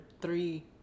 three